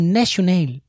national